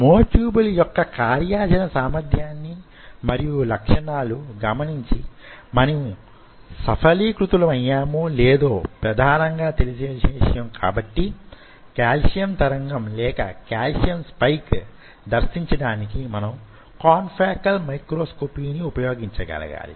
మ్యో tube ల యొక్క కార్యాచరణ సామర్ధ్యాన్ని మరియు లక్షణాలు గమనించి మనం సఫలీకృతులమైయామో లేదో ప్రధానంగా తెలియవలసిన విషయం కాబట్టి కాల్షియం తరంగం లేక కాల్షియం స్పైక్ దర్శించడానికి మనం కాన్ఫోకల్ మైక్రోస్కోపీ ని ఉపయోగించగలగాలి